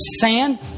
sand